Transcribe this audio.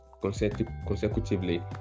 consecutively